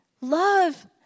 Love